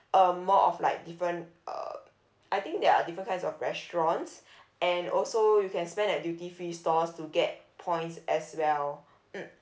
um more of like different uh I think there are different kinds of restaurants and also you can spend at duty free stores to get points as well mm